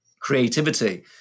creativity